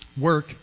Work